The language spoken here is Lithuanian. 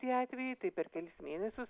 tie atvejai tai per kelis mėnesius